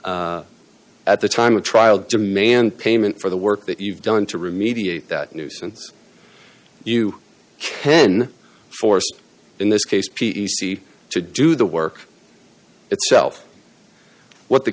at the time of trial demand payment for the work that you've done to remediate that nuisance you can force in this case p e c to do the work itself what the